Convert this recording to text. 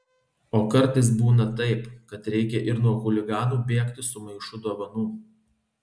o kartais būna taip kad reikia ir nuo chuliganų bėgti su maišu dovanų